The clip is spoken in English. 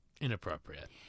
Inappropriate